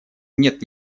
нет